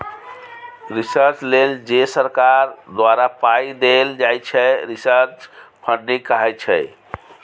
research लेल जे सरकार द्वारा पाइ देल जाइ छै रिसर्च फंडिंग कहाइ छै